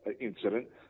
incident